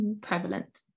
prevalent